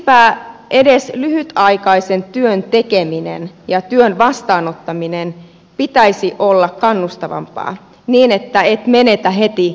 siksipä edes lyhytaikaisen työn tekemisen ja työn vastaanottamisen pitäisi olla kannustavampaa niin että et menetä heti työttömyyspäivärahoja